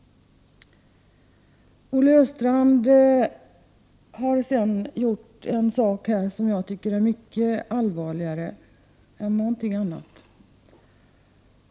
Olle Östrand har gjort något här som jag tycker är mycket allvarligare än någonting annat.